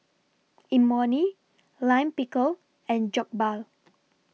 Imoni Lime Pickle and Jokbal